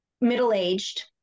middle-aged